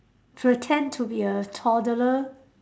pretend to be a toddler